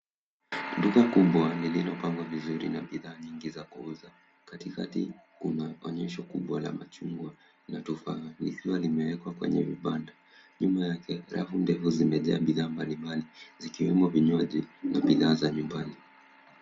Duka kubwa lililopangwa vizuri na bidhaa nyingi za kuuza, katikati unaonyeshwa kua na machungwa na tofaha zikiwa zimewekwa kwenye vibanda. Nyuma yake rafu ndefu zimejaa bidhaa mbali mbali zikiwemo vinywaji na bidhaa za nyumbani.